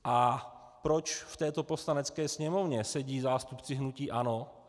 A proč v této Poslanecké sněmovně sedí zástupci hnutí ANO?